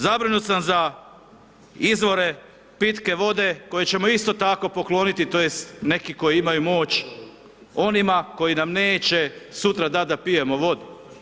Zabrinut sam za izvore pitke vode, koje ćemo isto tako pokloniti, tj. neki koji imaju moć onima koji nam neće sutra dati da pijemo vodu.